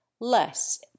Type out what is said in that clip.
Less